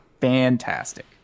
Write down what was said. fantastic